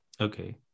Okay